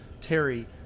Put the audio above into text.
Terry